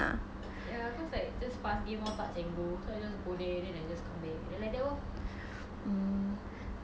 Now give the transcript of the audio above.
hmm then !wah! did you miss your nenek cooking when you go school or what